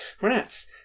rats